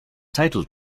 title